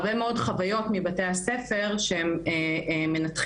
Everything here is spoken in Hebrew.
הרבה מאוד חוויות מבתי הספר שהם מנתחים